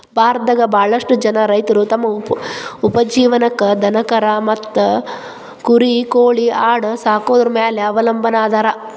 ಭಾರತದಾಗ ಬಾಳಷ್ಟು ಜನ ರೈತರು ತಮ್ಮ ಉಪಜೇವನಕ್ಕ ದನಕರಾ ಮತ್ತ ಕುರಿ ಕೋಳಿ ಆಡ ಸಾಕೊದ್ರ ಮ್ಯಾಲೆ ಅವಲಂಬನಾ ಅದಾರ